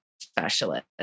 specialist